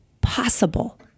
possible